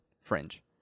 Fringe